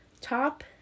top